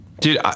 Dude